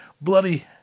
bloody